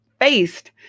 faced